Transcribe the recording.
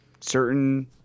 certain